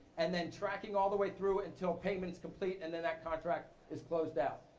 and then tracking all the way through until payment's complete, and then that contract is closed out.